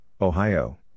Ohio